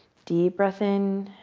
deep breath in,